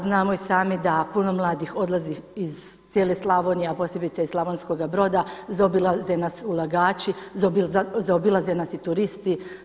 Znamo i sami da puno mladih odlazi iz cijele Slavonije, a posebice iz Slavonskoga Broda, zaobilaze nas ulagači, zaobilaze nas i turisti.